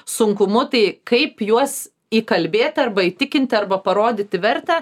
sunkumu tai kaip juos įkalbėti arba įtikinti arba parodyti vertę